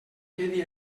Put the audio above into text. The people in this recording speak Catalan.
quedi